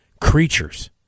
creatures